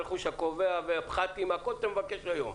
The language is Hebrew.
הרכוב הקובע והפחת הכול אתה מבקש היום,